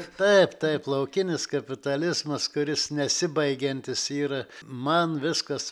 taip taip taip laukinis kapitalizmas kuris nesibaigiantis yra man viskas